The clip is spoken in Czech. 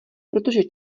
protože